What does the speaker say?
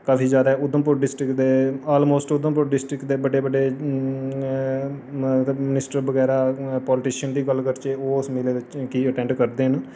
काफी ज्यादै उधमपूर ड़िस्ट्रिक्ट दे आलमोस्ट उधमपूर ड़िस्ट्रिक्ट दे बड़े बड़े मिनिस्टर बगैरा पाॅलिटशन दी गल्ल करचै ओह् उस मेले गी अटैंड़ करदे न